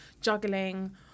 juggling